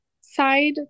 side